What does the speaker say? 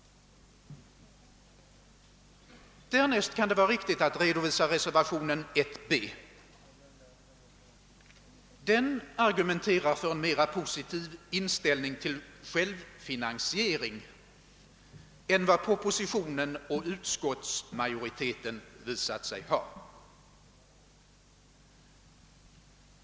Därnäst kan det vara riktigt att redo visa reservationen 1b. Den argumenterar för en mera positiv inställning till självfinansiering än vad propositionen och utskottsmajoriteten visat sig ha.